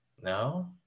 No